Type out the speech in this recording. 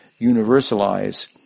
universalize